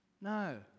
no